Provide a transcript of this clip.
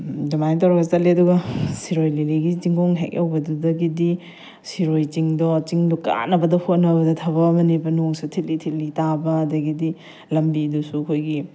ꯑꯗꯨꯃꯥꯏꯅ ꯇꯧꯔꯒ ꯆꯠꯂꯦ ꯑꯗꯨꯒ ꯁꯤꯔꯣꯏ ꯂꯤꯂꯤꯒꯤ ꯆꯤꯡꯈꯣꯡ ꯍꯦꯛ ꯌꯧꯕꯗꯨꯗꯒꯤꯗꯤ ꯁꯤꯔꯣꯏ ꯆꯤꯡꯗꯣ ꯆꯤꯡꯗꯣ ꯀꯥꯅꯕꯗ ꯍꯣꯠꯅꯕꯗ ꯊꯕꯛ ꯑꯃꯅꯦꯕ ꯅꯣꯡꯁꯨ ꯊꯤꯠꯂꯤ ꯊꯤꯠꯂꯤ ꯇꯥꯕ ꯑꯗꯒꯤꯗꯤ ꯂꯝꯕꯤꯗꯨꯁꯨ ꯑꯩꯈꯣꯏꯒꯤ